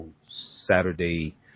Saturday